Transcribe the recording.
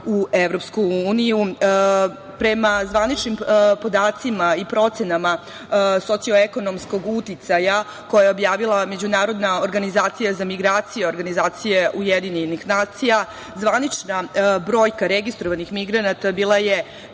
uniju. Prema zvaničnim podacima i procenama socio-ekonomskog uticaja koje je objavila i Međunarodna organizacija za migraciju organizacije Ujedinjenih nacija, zvanična brojka registrovanih migranata bila je